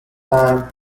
time